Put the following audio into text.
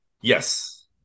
Yes